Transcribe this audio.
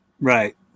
Right